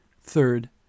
Third